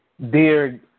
dear